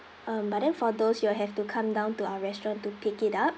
um but then for those you'll have to come down to our restaurant to pick it up